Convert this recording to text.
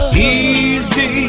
Easy